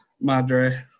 Madre